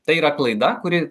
tai yra klaida kuri